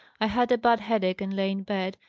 i had a bad headache, and lay in bed,